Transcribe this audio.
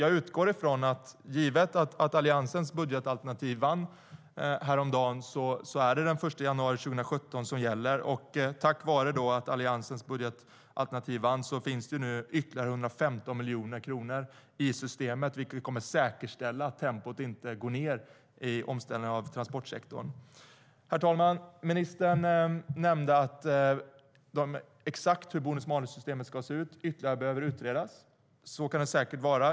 Jag utgår dock från att eftersom Alliansens budgetalternativ vann häromdagen är det den 1 januari 2017 som gäller. Herr talman! Ministern nämnde att det behöver utredas ytterligare exakt hur bonus-malus-systemet ska se ut.